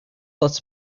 lets